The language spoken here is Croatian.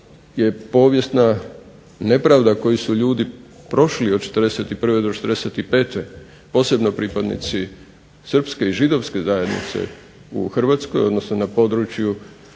je povijesna nepravda koju su ljudi prošli od '41. do '45. posebno pripadnici Srpske i Židovske zajednice u Hrvatskoj odnosno na području